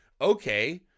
Okay